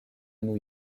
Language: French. new